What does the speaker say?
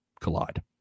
collide